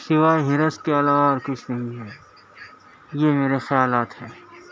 سوائے حرص کے علاوہ کچھ نہیں ہے یہ میرے خیالات ہیں